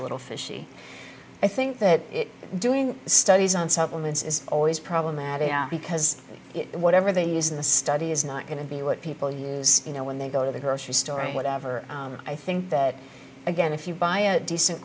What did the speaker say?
a little fishy i think that doing studies on supplements is always problematic because it whatever they use in the study is not going to be what people use you know when they go to the grocery store or whatever and i think that again if you buy a decent